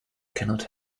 cannot